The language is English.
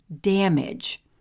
damage